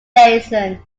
dyson